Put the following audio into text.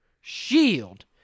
shield